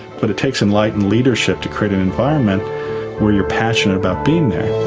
but it takes enlightened leadership to create an environment where you're passionate about being there.